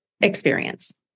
experience